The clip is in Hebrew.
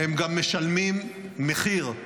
הם גם משלמים מחיר,